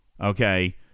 okay